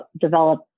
develop